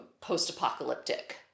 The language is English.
post-apocalyptic